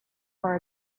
for